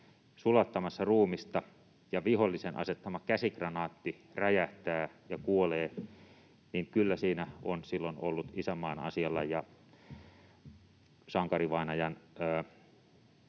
sulattamassa ruumista ja vihollisen asettama käsikranaatti räjähtää ja kuolee. Kyllä siinä on silloin ollut isänmaan asialla, ja sankarivainajan